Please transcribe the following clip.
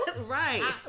Right